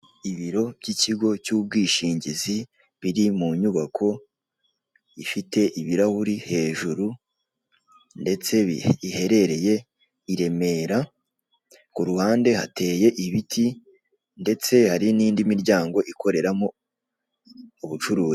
Ibiro by'ikigo cy'ubwishingizi biri mu nyubako ifite ibirahure hejuru ndetse iherereye i Remera, kuruhande hateye ibiti ndetse hari n'indi miryango ikoreramo ubucuruzi.